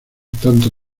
tanto